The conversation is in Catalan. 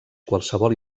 qualsevol